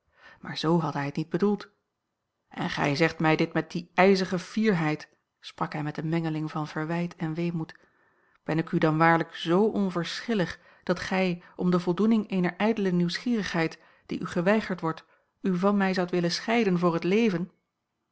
maar z had hij het niet bedoeld en gij zegt mij dit met die ijzige fierheid sprak hij met eene mengeling van verwijt en weemoed ben ik u dan waarlijk z onverschillig dat gij om de voldoening eener ijdele nieuwsgierigheid die u geweigerd wordt u van mij zoudt willen scheiden voor het leven